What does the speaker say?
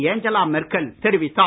Angela Merkel தெரிவித்தார்